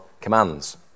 commands